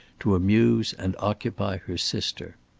to amuse and occupy her sister.